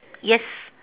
yes